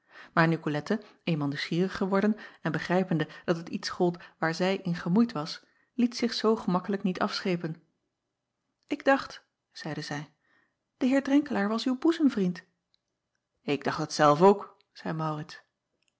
aar icolette eenmaal nieuwsgierig geworden en begrijpende dat het iets gold waar zij in gemoeid was liet zich zoo gemakkelijk niet afschepen k dacht zeide zij de eer renkelaer was uw boezemvriend k dacht het zelf ook zeî aurits